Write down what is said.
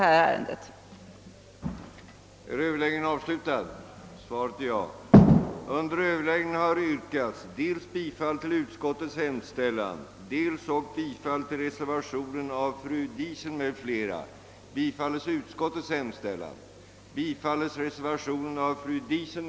dels ge till känna vad utskottet anfört rörande former för belöning av offentlig tjänst,